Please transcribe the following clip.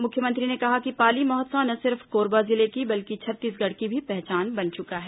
मुख्यमंत्री ने कहा कि पाली महोत्सव न सिर्फ कोरबा जिले की बल्कि छत्तीसगढ़ की भी पहचान बन चुका है